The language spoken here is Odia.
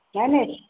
ନାହିଁ ନାହିଁ